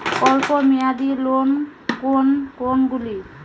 অল্প মেয়াদি লোন কোন কোনগুলি?